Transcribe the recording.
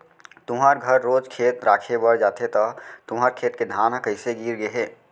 तुँहर घर रोज खेत राखे बर जाथे त तुँहर खेत के धान ह कइसे गिर गे हे?